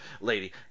lady